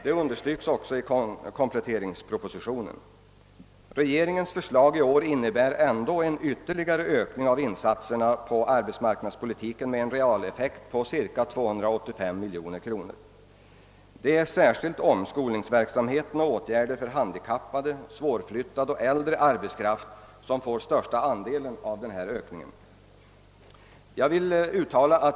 Detta understrykes också i kompletteringspropositionen. Regeringens förslag i år innebär ändå en ytterligare ökning av insatserna inom arbetsmarknadspolitiken med en realeffekt på cirka 285 miljoner kronor. Det är särskilt omskolningsverksamheten och åtgärder för handikappade, svårflyttade och äldre arbetskraft som får största andelen av denna ökning.